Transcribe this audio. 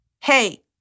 Hey